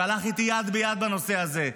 שהלך איתי יד ביד בנושא הזה,